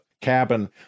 cabin